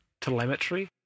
Telemetry